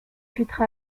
filtre